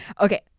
Okay